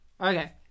Okay